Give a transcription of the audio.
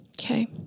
Okay